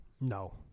No